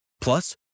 Plus